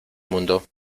mundo